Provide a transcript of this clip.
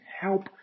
help